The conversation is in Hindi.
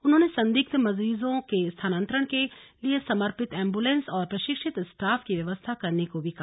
उन्होंने संदिग्ध मरीजों के स्थानांतरण के लिए समर्पित एम्बुलेंस और प्रशिक्षित स्टॉफ की व्यवस्था करने को भी कहा